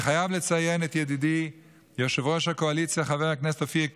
אני חייב לציין את ידידי יושב-ראש הקואליציה חבר הכנסת אופיר כץ,